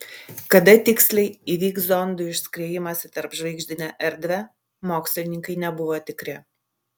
kada tiksliai įvyks zondų išskriejimas į tarpžvaigždinę erdvę mokslininkai nebuvo tikri